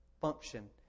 function